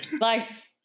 Life